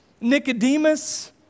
Nicodemus